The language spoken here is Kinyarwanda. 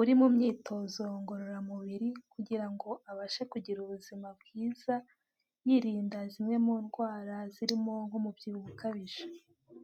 uri mu myitozo ngororamubiri kugira ngo abashe kugira ubuzima bwiza, yirinda zimwe mu ndwara zirimo nk'umubyibuho ukabije.